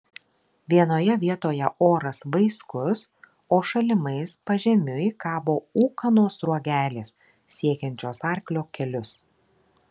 vienoje vietoje oras vaiskus o šalimais pažemiui kabo ūkanos sruogelės siekiančios arklio kelius